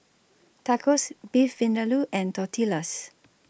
Tacos Beef Vindaloo and Tortillas